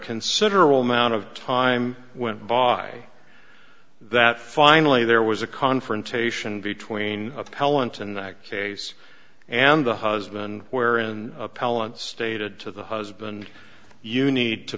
considerable amount of time went by that finally there was a confrontation between appellant in that case and the husband wherein appellant stated to the husband you need to